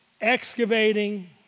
excavating